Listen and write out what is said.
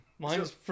Mine's